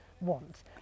want